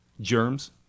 germs